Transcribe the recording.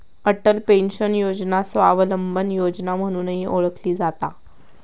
Atal pension योजना स्वावलंबन योजना म्हणूनही ओळखली जाता